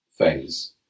phase